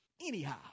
anyhow